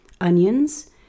onions